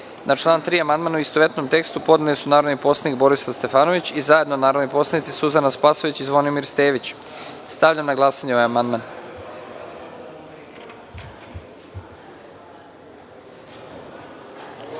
član 9. amandman, u istovetnom tekstu, podneli su narodni poslanik Borislav Stefanović i zajedno narodni poslanici Suzana Spasojević i Zvonimir Stević. Stavljam na glasanje ovaj amandman. Molim